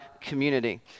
community